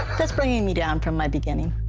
that's bringing me down from my beginning.